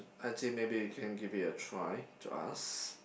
I think maybe you can give it a try to ask